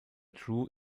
drew